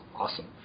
awesome